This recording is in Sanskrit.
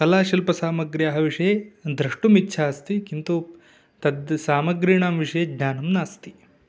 कलाशिल्पसामग्र्याः विषये द्रष्टुमिच्छा अस्ति किन्तु तेषां सामग्रीणां विषये ज्ञानं नास्ति